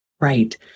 Right